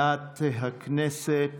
דברי הכנסת